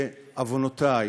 בעוונותי,